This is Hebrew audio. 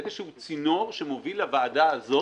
איזשהו צינור שמוביל לוועדה הזאת,